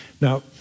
Now